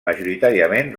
majoritàriament